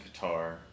Qatar